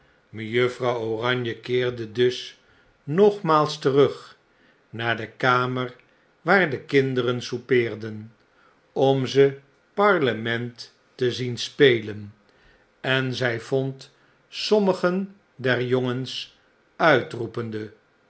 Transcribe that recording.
mejuffrouw oranje keerde dus nogmaals terug naar de kamer waar de kinderen soupeerden om ze parlement te zien spelen en zy vond sommige der jongens uitroepende